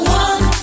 one